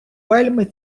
вельми